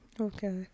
Okay